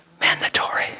Mandatory